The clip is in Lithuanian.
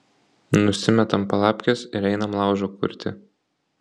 nusimetam palapkes ir einam laužo kurti